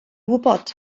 wybod